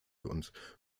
und